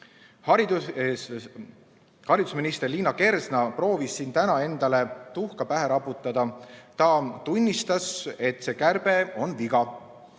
ebavõrdsust. Haridusminister Liina Kersna proovis siin täna endale tuhka pähe raputada. Ta tunnistas, et see kärbe on viga.